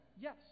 Yes